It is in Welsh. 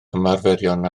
ymarferion